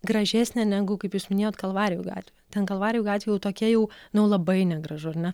gražesnė negu kaip jūs minėjot kalvarijų gatvė ten kalvarijų gatvė jau tokia jau nu labai negražu ar ne